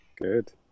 Good